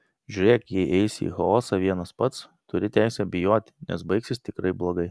žiūrėk jei eisi į chaosą vienas pats turi teisę bijoti nes baigsis tikrai blogai